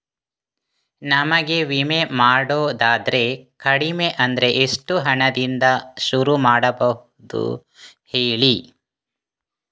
ನಮಗೆ ವಿಮೆ ಮಾಡೋದಾದ್ರೆ ಕಡಿಮೆ ಅಂದ್ರೆ ಎಷ್ಟು ಹಣದಿಂದ ಶುರು ಮಾಡಬಹುದು ಹೇಳಿ